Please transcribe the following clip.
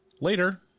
later